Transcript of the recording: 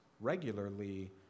regularly